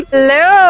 Hello